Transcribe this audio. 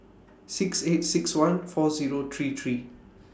six eight six one four Zero three three